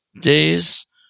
days